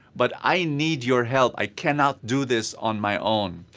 but i need your help. i cannot do this on my own.